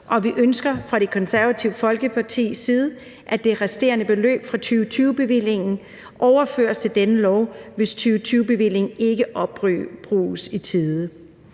og vi ønsker fra Det Konservative Folkepartis side, at det resterende beløb fra 2020-bevillingen overføres til denne lov, hvis 2020-bevillingen ikke opbruges i tide.